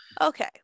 okay